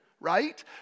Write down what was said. right